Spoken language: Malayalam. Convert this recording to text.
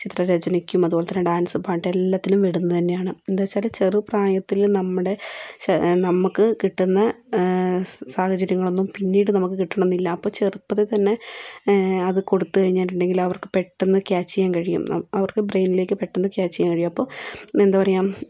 ചിത്ര രചനയ്ക്കും അതുപോലെതന്നേ ഡാൻസും പാട്ട് എല്ലാറ്റിനും വിടുന്നത് തന്നെയാണ് എന്താ വെച്ചാൽ ചെറുപ്രായത്തിൽ നമ്മുടെ നമുക്ക് കിട്ടുന്ന സാഹചര്യങ്ങളൊന്നും പിന്നീട് നമുക്ക് കിട്ടണമെന്നില്ല അപ്പോൾ ചെറുപ്പത്തിൽ തന്നേ അത് കൊടുത്ത് കഴിഞ്ഞിട്ടുണ്ടെങ്കിൽ അവർക്ക് പെട്ടെന്ന് ക്യാച്ച് ചെയ്യാൻ കഴിയും അവർക്ക് ബ്രയിനിലേക്ക് പെട്ടെന്ന് ക്യാച്ച് ചെയ്യാൻ കഴിയും അപ്പോൾ എന്താ പറയാൻ